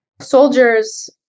soldiers